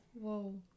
Whoa